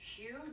huge